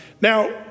Now